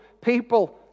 people